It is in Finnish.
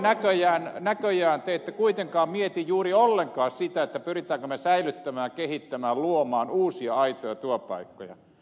näköjään te ette kuitenkaan mieti juuri ollenkaan sitä pyrimmekö me säilyttämään kehittämään luomaan uusia aitoja työpaikkoja